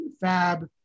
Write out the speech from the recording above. fab